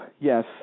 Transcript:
yes